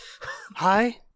hi